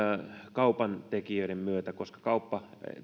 kaupantekijöiden myötä koska kauppa